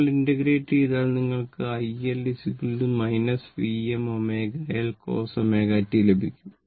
നിങ്ങൾ ഇന്റഗ്രേറ്റ് ചെയ്താൽ നിങ്ങൾക്ക് iL Vm ω L cos ω t ലഭിക്കും